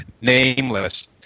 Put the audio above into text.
nameless